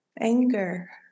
anger